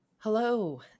hello